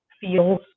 feels